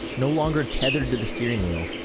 no longer tethered to the steering wheel,